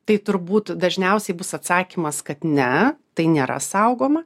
tai turbūt dažniausiai bus atsakymas kad ne tai nėra saugoma